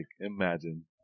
imagine